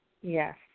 Yes